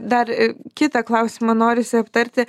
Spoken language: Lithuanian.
dar ir kitą klausimą norisi aptarti